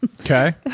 Okay